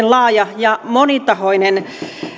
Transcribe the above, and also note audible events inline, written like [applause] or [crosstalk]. [unintelligible] laaja ja monitahoinen